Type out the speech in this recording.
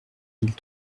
mille